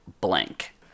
Blank